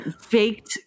faked